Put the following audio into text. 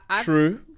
True